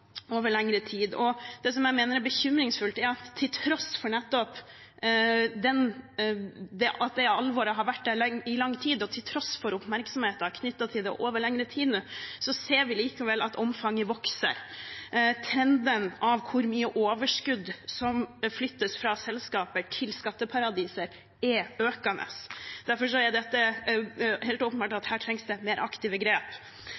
over lengre tid. Det som jeg mener er bekymringsfullt, er at til tross for nettopp at alvoret har vært der i lang tid, og til tross for oppmerksomheten knyttet til dette over lengre tid, ser vi likevel at omfanget vokser. Trenden når det gjelder hvor mye overskudd som flyttes fra selskaper til skatteparadiser, er økende. Derfor er det helt åpenbart at det her trengs mer aktive grep.